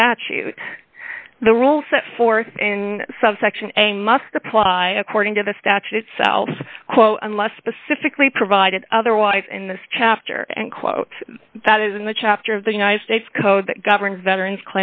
statute the rule set forth in subsection and must apply cording to the statute itself unless specifically provided otherwise in this chapter and quote that is in the chapter of the united states code that governs veterans